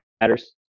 matters